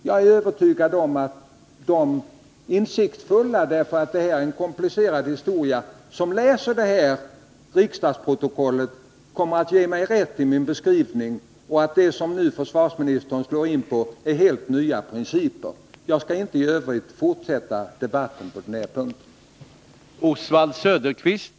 Jag är övertygad om att de insiktsfulla — det här är en komplicerad historia — som läser riksdagsprotokollet kommer att ge mig rätt i min beskrivning, att den väg som försvarsministern nu slår in på innebär helt nya principer. I övrigt skall jag inte fortsätta debatten på den här punkten.